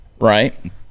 right